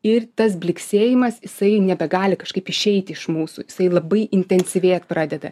ir tas blyksėjimas jisai nebegali kažkaip išeiti iš mūsų jisai labai intensyvėt pradeda